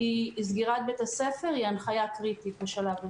של סגירת בית הספר היא קריטית בשלב הזה.